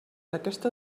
aquesta